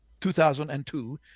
2002